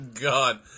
God